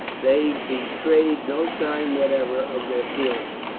they betrayed no sign whatever of their feelings,